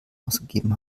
ausgegeben